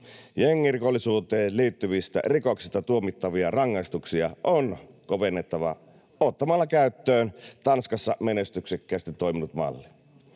Jengirikollisuuteen liittyvistä rikoksista tuomittavia rangaistuksia on kovennettava ottamalla käyttöön Tanskassa menestyksekkäästi toiminut malli.